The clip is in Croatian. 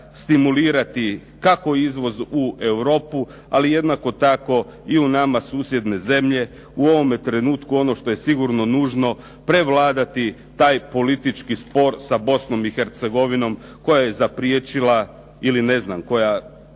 stimulirati, kako izvoz u Europu, ali jednako tako i u nama susjedne zemlje. U ovome trenutku ono što je sigurno nužno, prevladati taj politički spor sa Bosnom i Hercegovinom koja je zapriječila ili ne znam, koja